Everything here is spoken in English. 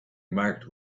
marked